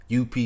UP